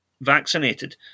vaccinated